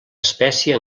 espècie